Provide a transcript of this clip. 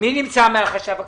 החשב הכללי,